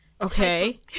okay